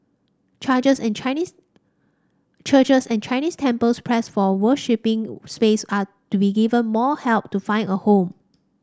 charges and Chinese churches and Chinese temples pressed for worshipping space are to be given more help to find a home